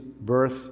birth